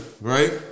Right